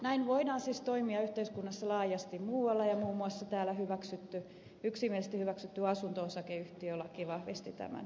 näin voidaan siis toimia yhteiskunnassa laajasti muualla ja muun muassa täällä yksimielisesti hyväksytty asunto osakeyhtiölaki vahvisti tämän periaatteen